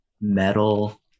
metal